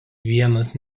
vienas